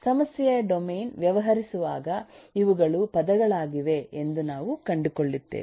ಸಮಸ್ಯೆಯ ಡೊಮೇನ್ ವ್ಯವಹರಿಸುವಾಗ ಇವುಗಳು ಪದಗಳಾಗಿವೆ ಎಂದು ನಾವು ಕಂಡುಕೊಳ್ಳುತ್ತೇವೆ